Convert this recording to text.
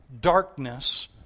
Darkness